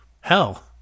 hell